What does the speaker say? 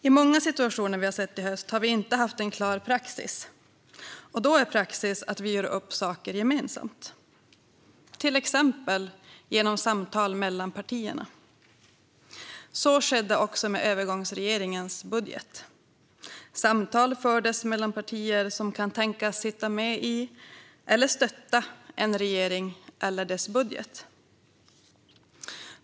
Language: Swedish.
I många situationer vi har sett i höst har det inte funnits en klar praxis, och då är praxis att vi gör upp om saker gemensamt - till exempel genom samtal mellan partierna. Så skedde också med övergångsregeringens budget. Samtal fördes mellan partier som kan tänkas sitta med i eller stötta en regering eller dess budget.